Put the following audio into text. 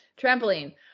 trampoline